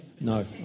No